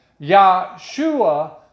Yahshua